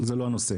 אבל זה לא הנושא.